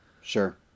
Sure